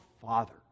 Father